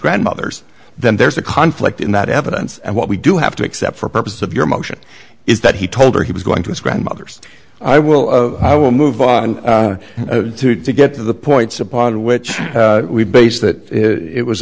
grandmother's then there's a conflict in that evidence and what we do have to accept for purposes of your motion is that he told her he was going to his grandmother's i will i will move on to to get to the points upon which we base that it was